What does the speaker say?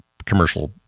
commercial